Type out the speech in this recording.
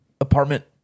apartment